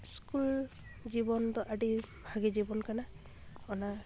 school ᱡᱤᱵᱚᱱ ᱫᱚ ᱟᱹᱰᱤ ᱵᱷᱟᱜᱮ ᱡᱤᱵᱚᱱ ᱠᱟᱱᱟ ᱚᱱᱟ